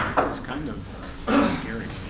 that's kind of scary.